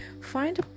find